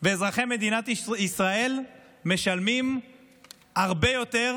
ואזרחי מדינת ישראל משלמים הרבה יותר